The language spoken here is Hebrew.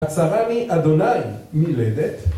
עצרני ה' מלדת